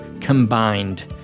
combined